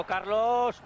Carlos